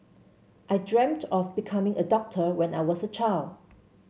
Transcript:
I dreamt of becoming a doctor when I was a child